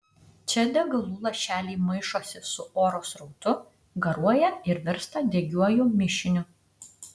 čia degalų lašeliai maišosi su oro srautu garuoja ir virsta degiuoju mišiniu